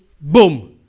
boom